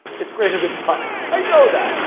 it's greater than five, i know that.